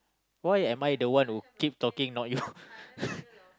why am I the one who keep talking not you